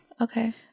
Okay